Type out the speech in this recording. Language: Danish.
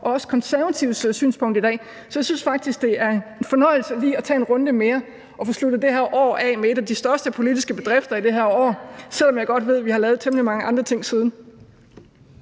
også Konservatives synspunkt i dag. Jeg synes faktisk, det er en fornøjelse lige tage en runde mere og få sluttet det her år af med en af de største politiske bedrifter i det her år, selv om jeg godt ved, at vi har lavet temmelig mange andre ting siden.